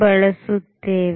ಬಳಸುತ್ತೇವೆ